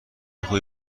خوبی